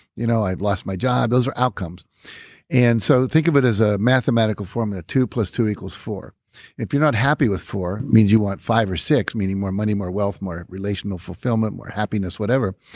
you know i've lost my job. those are outcomes and so, think of it as a mathematical formula, two plus two equals four. and if you're not happy with four, means you want five or six, meaning more money, more wealth more relational fulfillment, more happiness whatever,